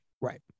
right